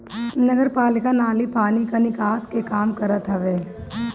नगरपालिका नाली पानी कअ निकास के काम करत हवे